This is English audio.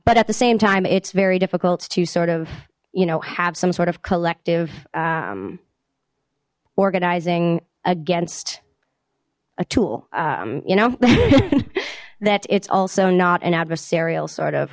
but at the same time it's very difficult to sort of you know have some sort of collective organizing against a tool you know that it's also not an adversarial sort of